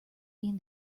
mean